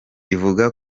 ivuga